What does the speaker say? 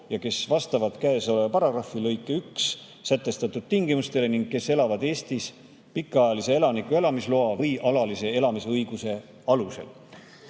ja kes vastavad käesoleva paragrahvi lõikes 1 sätestatud tingimustele ning kes elavad Eestis pikaajalise elaniku elamisloa või alalise elamisõiguse alusel.